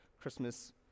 Christmas